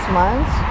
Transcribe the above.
months